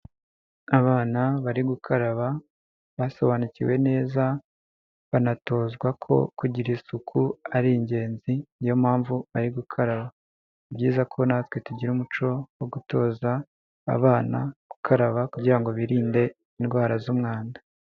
abana bari gukaraba basobanukiwe neza banatozwa ko kugira isuku ari ingenzi niyo mpamvu bari gukaraba, ni byiza ko natwe tugira umuco wo gutoza abana gukaraba kugirango birinde indwara z'umwanda.